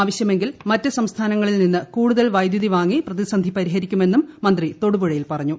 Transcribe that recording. ആവശ്യമെങ്കിൽ മറ്റ് സംസ്ഥാനങ്ങളിൽ നിന്ന് കൂടുതൽ വൈദ്യുതി വാങ്ങി പ്രതിസ്ന്ധി പരിഹരിക്കുമെന്നും മന്ത്രി തൊടുപുഴയിൽ പറഞ്ഞു